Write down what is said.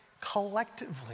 collectively